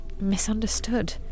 misunderstood